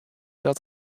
dat